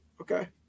Okay